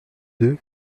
deux